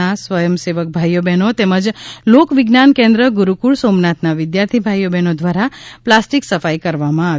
ના સ્વયં સેવક ભાઈ બહેનો તેમજ લોક વિજ્ઞાન કેન્દ્ર ગુરૂકુળ સોમનાથના વિ દ્યાર્થી ભાઈ બહેનો દ્વારા પ્લાસ્ટિક સફાઈ કરવામાં આવી